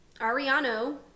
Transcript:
Ariano